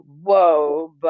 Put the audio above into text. whoa